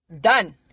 Done